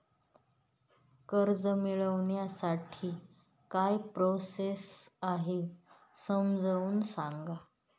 कर्ज मिळविण्यासाठी काय प्रोसेस आहे समजावून सांगा